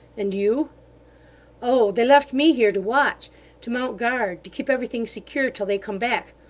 and you oh! they left me here to watch to mount guard to keep everything secure till they come back.